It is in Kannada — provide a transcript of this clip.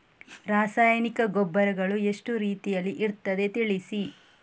ರಾಸಾಯನಿಕ ಗೊಬ್ಬರಗಳು ಎಷ್ಟು ರೀತಿಯಲ್ಲಿ ಇರ್ತದೆ ತಿಳಿಸಿ?